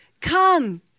come